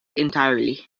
entirely